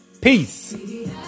peace